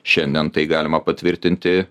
šiandien tai galima patvirtinti